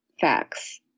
facts